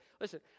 Listen